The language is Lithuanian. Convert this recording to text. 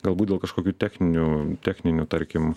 galbūt dėl kažkokių techninių techninių tarkim